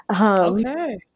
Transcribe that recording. Okay